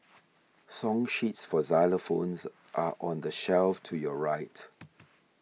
song sheets for xylophones are on the shelf to your right